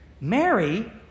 Mary